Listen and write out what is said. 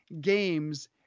games